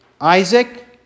Isaac